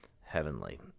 heavenly